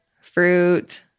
fruit